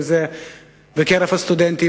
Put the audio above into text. אם זה בקרב הסטודנטים,